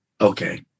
Okay